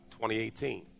2018